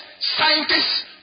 scientists